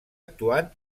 actuant